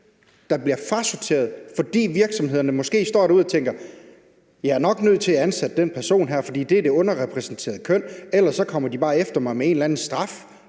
bliver frasorteret, fordi virksomhederne måske står derude og tænker: Vi er nok nødt til at ansætte den person her, fordi det er det underrepræsenterede køn, ellers kommer de bare efter os med en eller anden straf,